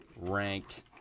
ranked